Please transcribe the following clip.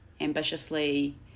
ambitiously